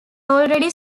already